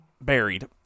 buried